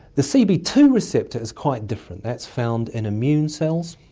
the c b two receptor is quite different. that's found in immune cells,